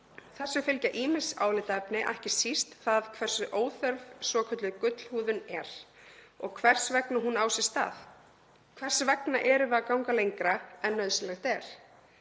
Þessu fylgja ýmis álitaefni, ekki síst þau hversu óþörf svokölluð gullhúðun er og hvers vegna hún á sér stað. Hvers vegna erum við að ganga lengra en nauðsynlegt er?